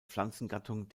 pflanzengattung